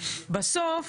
בסוף,